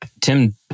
Tim